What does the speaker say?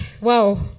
wow